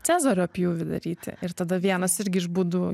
cezario pjūvį daryti ir tada vienas irgi iš būdų